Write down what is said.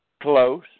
Close